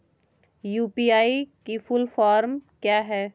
UPI की full form क्या है?